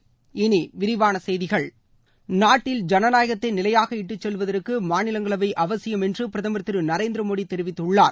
இனி விரிவான செய்திகள் நாட்டில் ஜனநாயகத்தை நிலையாக இட்டுச்செல்வதற்கு மாநிலங்களவை அவசியம் என்று பிரதம் திரு நரேந்திரமோடி தெரிவித்துள்ளார்